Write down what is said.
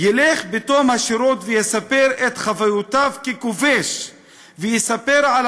ילך בתום השירות ויספר את חוויותיו ככובש ויספר על